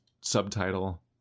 subtitle